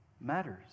matters